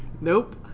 Nope